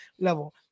level